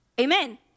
Amen